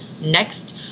next